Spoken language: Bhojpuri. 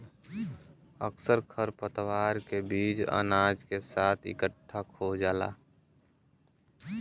अक्सर खरपतवार के बीज अनाज के साथ इकट्ठा खो जाला